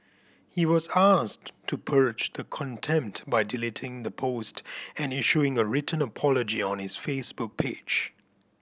he was asked to purge the contempt by deleting the post and issuing a written apology on his Facebook page